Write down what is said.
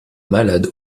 malade